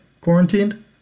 quarantined